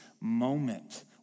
moment